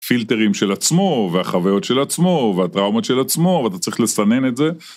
פילטרים של עצמו, והחוויות של עצמו, והטראומות של עצמו, ואתה צריך לסנן את זה.